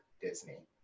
disney